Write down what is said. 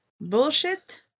bullshit